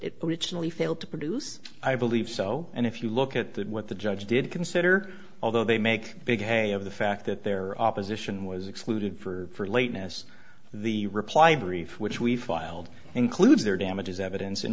it originally failed to produce i believe so and if you look at that what the judge did consider although they make a big day of the fact that their opposition was excluded for lateness the reply brief which we filed includes their damages evidence